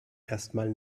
erstmal